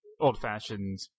old-fashioned